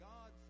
God